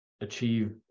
achieve